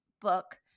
book